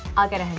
i'll get a